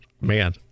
Man